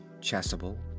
Chasuble